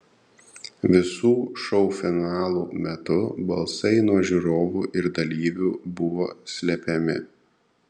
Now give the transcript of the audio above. visų šou finalų metu balsai nuo žiūrovų ir dalyvių buvo slepiami